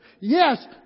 Yes